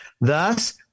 Thus